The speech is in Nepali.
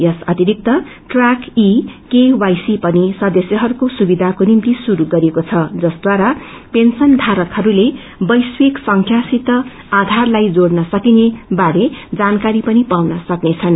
यस अतिरिक्त ट्रयाक ईकेवाईसी पनि सदस्यहरूको सुविधाको निम्ति श्रुरू गरिएको छ जसद्वारा पेन्सबारकहरूले वैश्विक संख्यासित आधारलाई जोड़न सकिने बारेमाथि जानकारी पनि पाउन सक्नेछन्